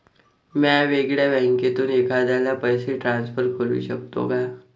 म्या वेगळ्या बँकेतून एखाद्याला पैसे ट्रान्सफर करू शकतो का?